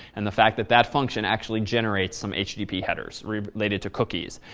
and the fact that that function actually generates some http headers related to cookies.